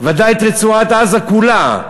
ודאי את רצועת-עזה כולה.